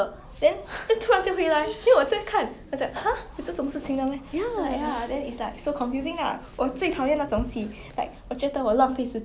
but then it's like they always just like summarize everything lah or the guy return cancer resolve this [one] never happen that one never happen then you are like !huh!